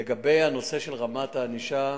לגבי רמת הענישה,